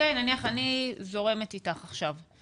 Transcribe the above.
אני זורמת אתך עכשיו.